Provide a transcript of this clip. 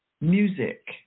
Music